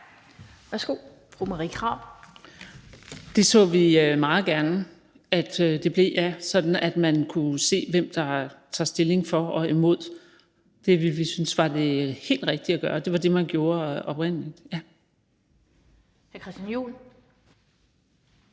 Marie Krarup (DF): Det så vi meget gerne at det blev, ja, sådan at man kunne se, hvem der har taget stilling til for og imod. Det ville vi synes var det helt rigtige at gøre, og det var det, man gjorde oprindelig. Kl.